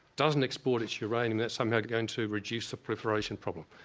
doesn't export its uranium that's somehow going to reduce the proliferation problem.